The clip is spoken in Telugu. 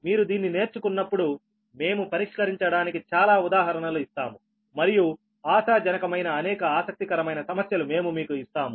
మీరు దీన్ని నేర్చుకున్నప్పుడు మేము పరిష్కరించడానికి చాలా ఉదాహరణలు ఇస్తాము మరియు ఆశాజనకమైన అనేక ఆసక్తికరమైన సమస్యలు మేము మీకు ఇస్తాము